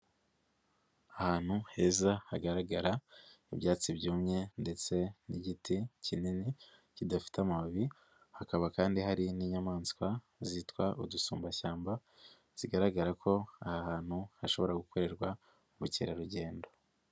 Ahantu heza hagaragara ibyatsi byumye ndetse n'igiti kinini kidafite amababi, hakaba kandi hari n'inyamaswa zitwa udusumbashyamba, zigaragara ko aha hantu hashobora gukorerwa ubukerarugendo.